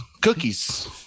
cookies